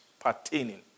pertaining